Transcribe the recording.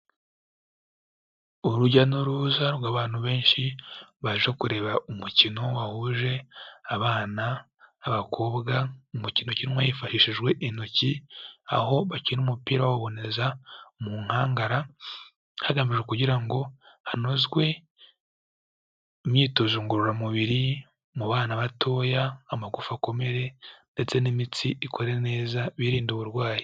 Urujya n'uruza rw'abantu benshi baje kureba umukino wahuje abana b'abakobwa, umukino ukinwa hifashijwe intoki aho bakina umupira bawuboneza mu nkangara, hagamijwe kugira ngo hanozwe imyitozo ngororamubiri mu bana batoya, amagufa akomere ndetse n'imitsi ikore neza birinde uburwayi.